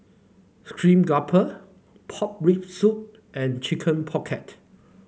Steamed Grouper Pork Rib Soup and Chicken Pocket